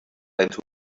into